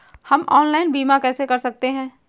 हम ऑनलाइन बीमा कैसे कर सकते हैं?